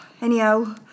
Anyhow